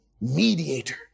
mediator